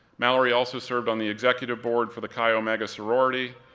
mallory also served on the executive board for the chi omega sorority,